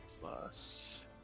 plus